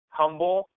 humble